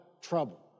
trouble